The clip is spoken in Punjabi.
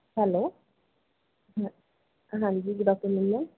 ਹੈਲੋ ਹਾਂਜੀ ਗੁੱਡ ਅਫਟਰਨੂਨ ਮੈਮ